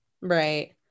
Right